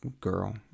girl